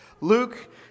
Luke